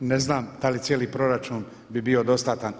Ha, ne znam da li cijeli proračun bi bio dostatan.